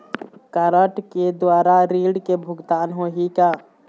Card के द्वारा ऋण के भुगतान होही का?